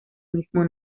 mismo